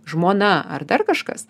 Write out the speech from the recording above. žmona ar dar kažkas